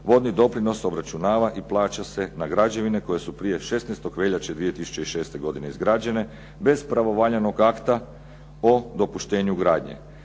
„Vodni doprinos obračunava i plaća se na građevine koje su prije 16. veljače 2006. godine izgrađene bez pravovaljanog akta o dopuštenju gradnje.